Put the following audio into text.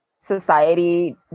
society